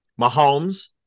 Mahomes